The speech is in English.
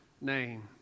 name